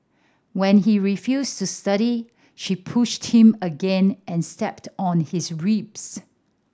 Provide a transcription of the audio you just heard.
when he refused to study she pushed him again and stepped on his ribs